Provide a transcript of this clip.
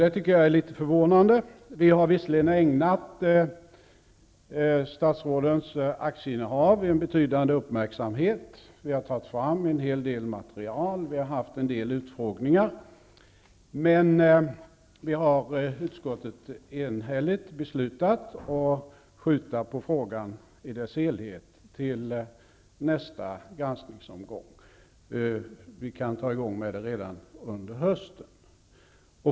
Det tycker jag är litet förvånande. Vi har visserligen ägnat statsrådens aktieinnehav en betydade uppmärksamhet. Vi har fått fram en hel del material och haft en del utfrågningar. Men vi har i utskottet enhälligt beslutat att skjuta på frågan i dess helhet till nästa granskningsomgång. Vi kan sätta i gång med den redan under hösten.